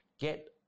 Get